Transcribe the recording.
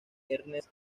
ernest